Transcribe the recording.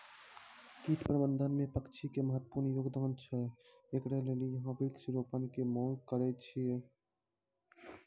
कीट प्रबंधन मे पक्षी के महत्वपूर्ण योगदान छैय, इकरे लेली यहाँ वृक्ष रोपण के मांग करेय छैय?